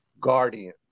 Guardians